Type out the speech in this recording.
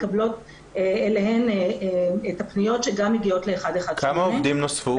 מקבלות אליהן את הפניות שגם מגיעות ל- 118. כמה עובדים סוציאליים נוספו?